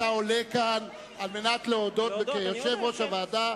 אתה עולה כאן על מנת להודות כיושב-ראש הוועדה,